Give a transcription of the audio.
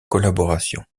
collaborations